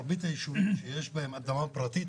מרבית הישובים שיש בהם אדמה פרטית,